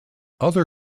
other